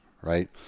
right